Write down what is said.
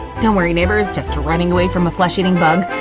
don't worry neighbors, just running away from a flesh eating bug,